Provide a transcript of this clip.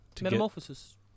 Metamorphosis